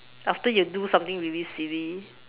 after you do something really silly